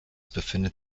befindet